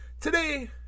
today